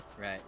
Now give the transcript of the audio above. right